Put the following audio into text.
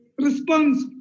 response